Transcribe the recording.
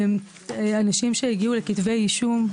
אנשים שהגיעו לכתבי אישום.